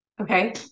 Okay